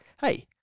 Hey